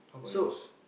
so